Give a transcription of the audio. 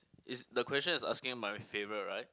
is the question is asking my favourite right